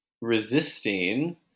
resisting